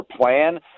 plan